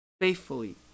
Faithfully